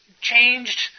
changed